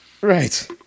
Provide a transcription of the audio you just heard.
Right